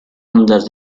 ondas